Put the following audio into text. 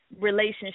relationship